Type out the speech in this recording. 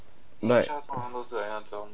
like